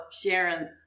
Sharon's